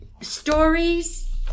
stories